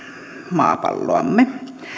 maapalloamme